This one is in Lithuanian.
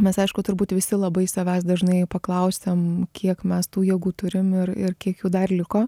mes aišku turbūt visi labai savęs dažnai paklausiam kiek mes tų jėgų turim ir ir kiek jų dar liko